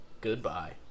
Goodbye